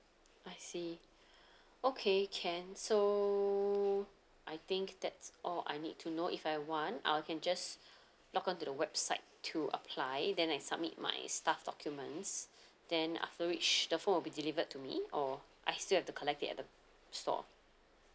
I see okay can so I think that's all I need to know if I want I'll can just log on to the website to apply then I submit my staff documents then after which the phone will be delivered to me or I still have to collect it at the store